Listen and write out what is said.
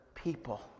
People